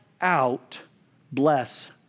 out-bless